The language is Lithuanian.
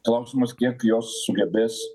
klausimas kiek jos sugebės